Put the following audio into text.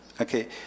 Okay